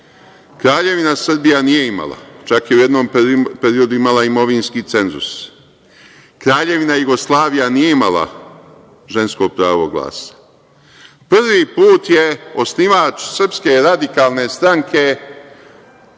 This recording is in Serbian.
glasa. Kraljevina Srbija nije imala, čak je u jednom periodu imala imovinski cenzus. Kraljevina Jugoslavija nije imala žensko pravo glasa. Prvi put je osnivač SRS u Ugarskoj, Jaša